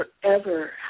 forever